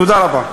תודה רבה.